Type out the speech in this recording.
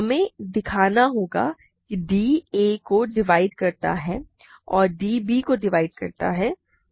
हमें दिखाना होगा कि d a को डिवाइड करता है और d b को डिवाइड करता है